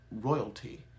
royalty